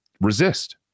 resist